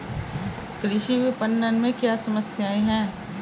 कृषि विपणन में क्या समस्याएँ हैं?